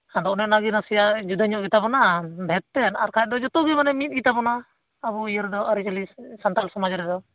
ᱟᱫᱚ ᱚᱱᱮ ᱚᱱᱟ ᱜᱮ ᱱᱟᱥᱮᱭᱟᱜ ᱡᱩᱫᱟᱹ ᱧᱚᱜ ᱜᱮᱛᱟᱵᱚᱱᱟ ᱵᱷᱮᱫ ᱛᱮᱫ ᱟᱨ ᱵᱟᱠᱷᱟᱱ ᱡᱚᱛᱚ ᱜᱮ ᱢᱟᱱᱮ ᱢᱤᱫ ᱜᱮᱛᱟᱵᱚᱱᱟ ᱟᱵᱚ ᱤᱭᱟᱹ ᱨᱮᱫᱚ ᱟᱹᱨᱤᱪᱟᱹᱞᱤ ᱥᱟᱱᱛᱟᱲ ᱥᱚᱢᱟᱡᱽ ᱨᱮᱫᱚ